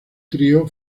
trío